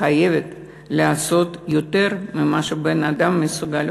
חייבת לעשות יותר ממה שבן-אדם מסוגל,